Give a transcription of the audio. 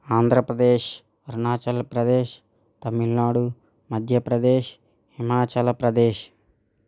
Andhra Pradesh Arunachal Pradesh Tamil Nadu Madhya Pradesh Himachal Pradesh